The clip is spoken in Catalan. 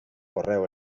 correu